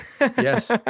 Yes